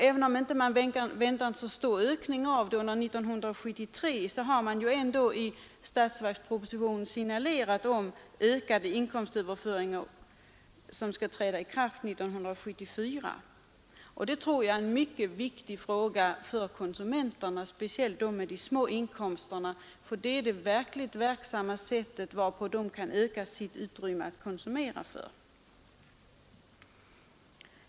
Även om man inte väntar så stor ökning under 1973 har det i årets statsverksproposition signalerats ökade inkomstöverföringar som träder i kraft 1974. Det tror jag är mycket viktigt för konsumenterna, speciellt för dem med de små inkomsterna, för det är det verkligt verksamma sättet att öka deras utrymme att konsumera.